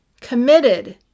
Committed